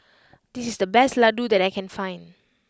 this is the best Ladoo that I can find